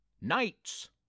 Knights